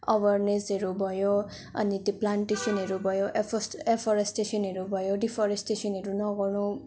अवेरनेसहरू भयो अनि त्यो प्लान्टेसनहरू भयो एफोस एफोरेस्टेसनहरू भयो डिफोरेस्टेसनहरू नगर्नु